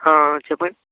చెప్పండి